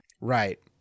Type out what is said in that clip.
Right